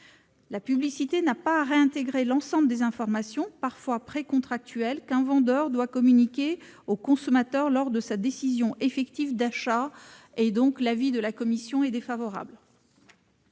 La publicité n'a pas à réintégrer l'ensemble des informations, parfois précontractuelles, qu'un vendeur doit communiquer au consommateur lors de sa décision effective d'achat. L'avis est donc défavorable.